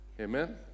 amen